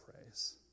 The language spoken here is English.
praise